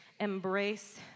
Embrace